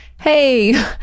hey